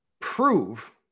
prove